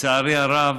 לצערי הרב,